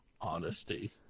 Honesty